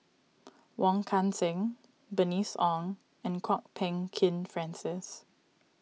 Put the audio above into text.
Wong Kan Seng Bernice Ong and Kwok Peng Kin Francis